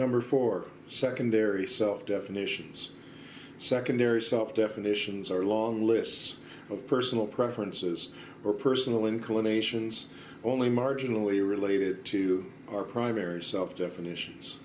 number four secondary self definitions secondary self definitions are long lists of personal preferences or personal inclinations only marginally related to our primary self definitions